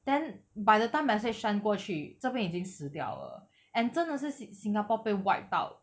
then by the time message send 过去这边已经死掉了 and 真的是 si~ singapore 被 wipe out